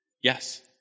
Yes